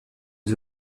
les